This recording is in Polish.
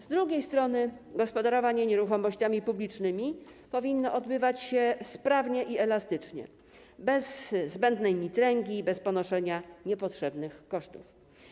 Z drugiej strony gospodarowanie nieruchomościami publicznymi powinno odbywać się sprawnie i elastycznie, bez zbędnej mitręgi, bez ponoszenia niepotrzebnych kosztów.